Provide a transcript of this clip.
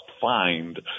find